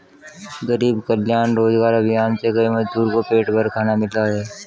गरीब कल्याण रोजगार अभियान से कई मजदूर को पेट भर खाना मिला है